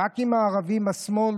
רק עם הערבים והשמאל?